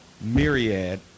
myriad